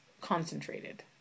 concentrated